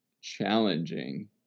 challenging